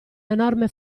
enorme